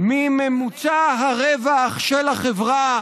מממוצע הרווח של החברה